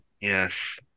Yes